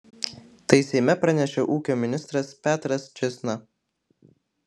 tai seime pranešė ūkio ministras petras čėsna